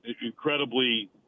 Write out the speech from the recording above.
incredibly